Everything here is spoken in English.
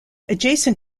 adjacent